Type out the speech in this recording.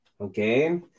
Okay